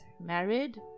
married